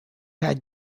had